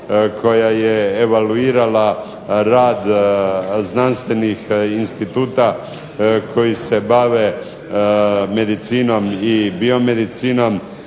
koja je evaluira rad znanstvenih instituta koji se bave medicinom i biomedicinom.